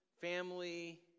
family